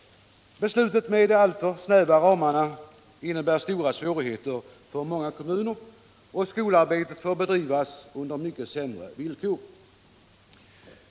Beslutet om de alltför snäva ramarna medför stora svårigheter för många kommuner. Skolarbetet får bedrivas under mycket sämre villkor.